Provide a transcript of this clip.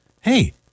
hey